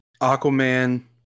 Aquaman